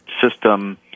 system